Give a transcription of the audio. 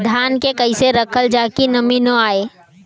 धान के कइसे रखल जाकि नमी न आए?